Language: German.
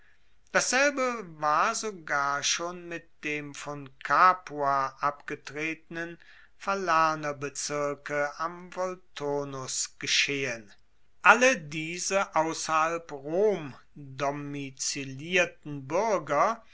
dasselbe war sogar schon mit dem von capua abgetretenen falernerbezirke am volturnus geschehen alle diese ausserhalb rom domizilierten buerger